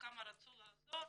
וכמה רצו לעזור,